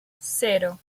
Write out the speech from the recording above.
cero